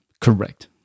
Correct